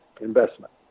investment